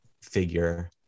figure